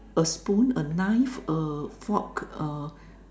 a spoon a knife a fork a